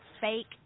fake